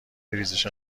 ریزش